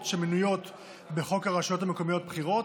שמנויות בחוק הרשויות המקומיות (בחירות).